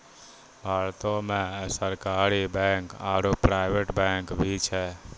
भारतो मे सरकारी बैंक आरो प्राइवेट बैंक भी छै